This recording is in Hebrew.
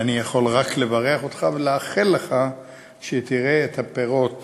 ואני יכול רק לברך אותך ולאחל לך שתראה את הפירות